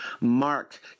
Mark